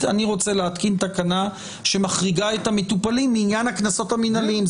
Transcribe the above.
אני רוצה להתקין תקנה שמחריגה את המטופלים לעניין הקנסות המינהליים.